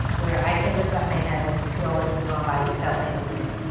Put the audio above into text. where i can lift up my head and two hours have gone by and it felt like a minute.